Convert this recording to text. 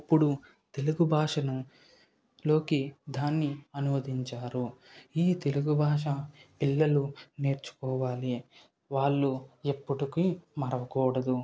ఇప్పుడు తెలుగు భాషలోకి దాన్ని అనువదించారు ఈ తెలుగు భాష పిల్లలు నేర్చుకోవాలి వాళ్ళు ఎప్పటికీ మరవకూడదు